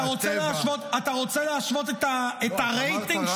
אתה רוצה להשוות את הרייטינג של --- לא,